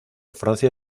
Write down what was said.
francia